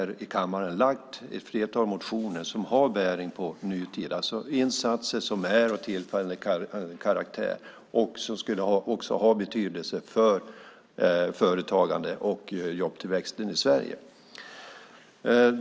Vi har också väckt ett flertal motioner som har bäring på nutid, alltså om insatser som är av tillfällig karaktär och som skulle ha betydelse för företagandet och jobbtillväxten i Sverige.